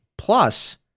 Plus